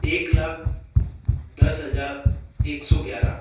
एक लाख दस हजार एक सौ ग्यारह